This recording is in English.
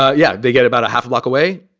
ah yeah, they get about a half a block away,